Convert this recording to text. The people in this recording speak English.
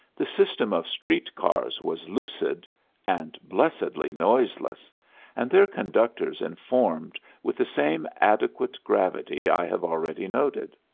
the system of street cars was lucid and blessedly noiseless and their conductors informed with the same adequate gravity i have already noted.